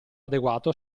adeguato